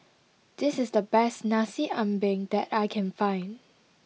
this is the best Nasi Ambeng that I can find